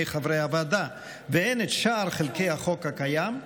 חברי הוועדה והן את שאר חלקי החוק הקיים,